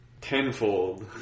tenfold